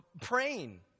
praying